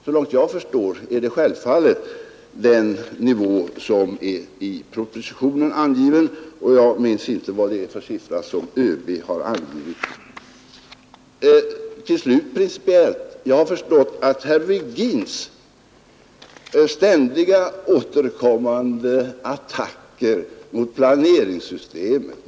Så långt jag förstår gäller självfallet den nivå som är angiven i propositionen. Jag minns inte vad det är för siffra som ÖB har angivit. Herr Virgin gör ständiga attacker mot planeringssystemet.